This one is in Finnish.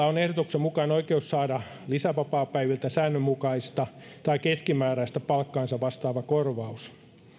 on ehdotuksen mukaan oikeus saada lisävapaapäiviltä säännönmukaista tai keskimääräistä palkkaansa vastaava korvaus